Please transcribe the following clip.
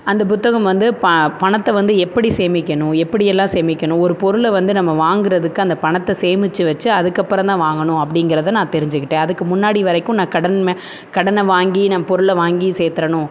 அந்த புத்தகம் வந்து ப பணத்தை வந்து எப்படி சேமிக்கணும் எப்படியெல்லாம் சேமிக்கணும் ஒரு பொருளை வந்து நம்ம வாங்குறதுக்கு அந்த பணத்தை சேமிச்சு வெச்சு அதுக்கப்புறோம் தான் வாங்கணும் அப்படிங்கிறத நான் தெரிஞ்சுக்கிட்டேன் அதுக்கு முன்னாடி வரைக்கும் நான் கடன் மே கடனை வாங்கி நான் பொருளை வாங்கி சேர்த்துரணும்